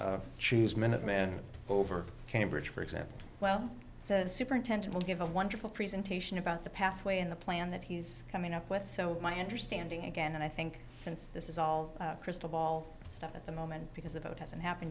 family cheese minuteman over cambridge for example well the superintendent will give a wonderful presentation about the pathway in the plan that he's coming up with so my understanding again and i think since this is all crystal ball stuff at the moment because the vote hasn't happened